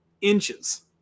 inches